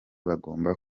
bagomba